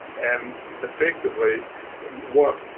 and effectively what